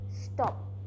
stop